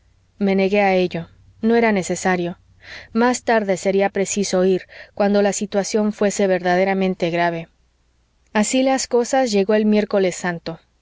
me negué a ello no era necesario más tarde sería preciso ir cuando la situación fuese verdaderamente grave así las cosas llegó el miércoles santo